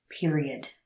period